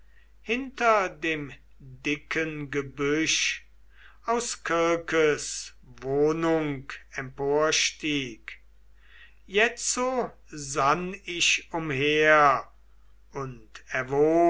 hinter dem dicken gebüsch aus kirkes wohnung emporstieg jetzo sann ich umher und